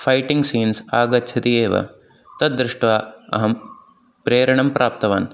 fighting scenes आगच्छन्ति एव तद् दृष्ट्वा अहं प्रेरणा प्राप्तवान्